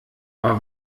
aber